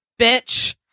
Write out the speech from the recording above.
bitch